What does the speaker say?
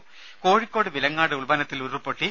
രുമ കോഴിക്കോട് വിലങ്ങാട് ഉൾവനത്തിൽ ഉരുൾപൊട്ടി